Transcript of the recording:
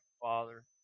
Father